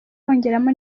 bongeramo